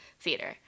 theater